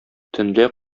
төнлә